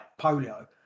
polio